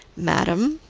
madam,